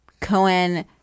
Cohen